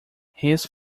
his